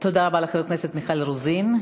תודה רבה לחברת הכנסת מיכל רוזין.